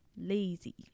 lazy